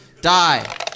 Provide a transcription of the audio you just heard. Die